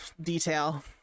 detail